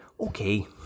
Okay